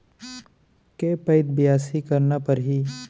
के पइत बियासी करना परहि?